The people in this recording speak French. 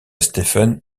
stephen